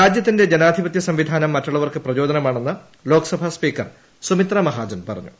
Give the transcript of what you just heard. രാജ്യത്തിന്റെ ജനാധിപതൃ സംവിധാനം മറ്റുള്ളവർക്ക് പ്രചോദനമാണെന്ന് ലോക്സഭാ സ്പീക്കർ സുമിത്രാ മഹാജൻ പറഞ്ഞു